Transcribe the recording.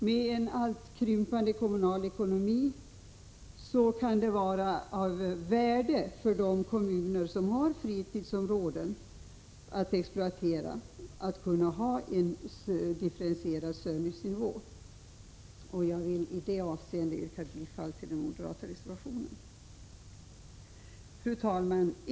Med en alltmer krympande kommunal ekonomi kan det vara av värde för de kommuner som har fritidsområden att exploatera att kunna ha en differentierad servicenivå. Jag vill yrka bifall till den moderata reservationen i detta avseende. Fru talman!